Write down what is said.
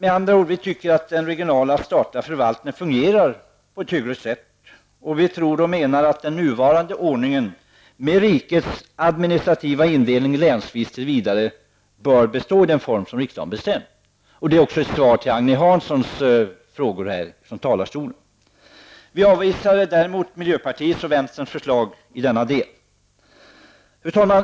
Vi tycker med andra ord att den regionala statliga förvaltningen fungerar på ett hyggligt sätt, och vi tror att den nuvarande ordningen med rikets administrativa indelning länsvis tills vidare bör bestå i den form som riksdagen har bestämt. Det är också ett svar på Agne Hanssons frågor. Vi avvisar däremot miljöpartiets och vänsterpartiets förslag i denna del. Fru talman!